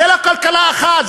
זאת לא כלכלה אחת,